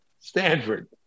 Stanford